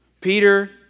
Peter